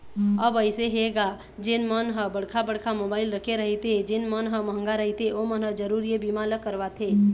अब अइसे हे गा जेन मन ह बड़का बड़का मोबाइल रखे रहिथे जेन मन ह मंहगा रहिथे ओमन ह जरुर ये बीमा ल करवाथे